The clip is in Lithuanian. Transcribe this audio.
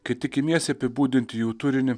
kai tik imiesi apibūdinti jų turinį